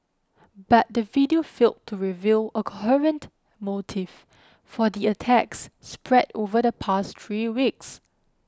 but the video failed to reveal a coherent motive for the attacks spread over the past three weeks